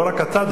לא רק אתה,